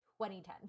2010